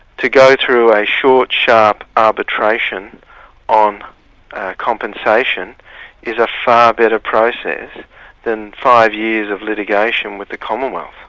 to go through a short, sharp arbitration on compensation is a far better process than five years of litigation with the commonwealth.